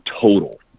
total